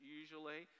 usually